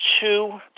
two